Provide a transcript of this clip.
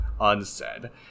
unsaid